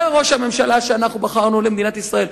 זה ראש הממשלה שבחרנו למדינת ישראל,